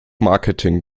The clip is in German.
marketing